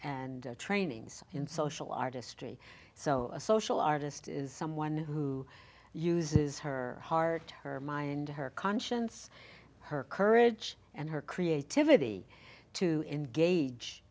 and training in social artistry so a social artist is someone who uses her heart her mind her conscience her courage and her creativity to engage